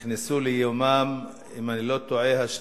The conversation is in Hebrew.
נכנסו ליומם, אם אני לא טועה, ה-12.